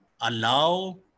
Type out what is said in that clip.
allow